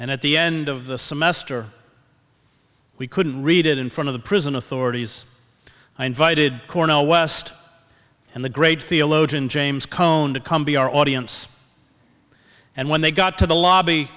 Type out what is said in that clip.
and at the end of the semester we couldn't read it in front of the prison authorities i invited cornell west and the great theologian james cone to come be our audience and when they got to the lobby